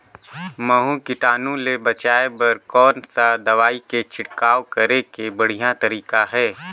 महू कीटाणु ले बचाय बर कोन सा दवाई के छिड़काव करे के बढ़िया तरीका हे?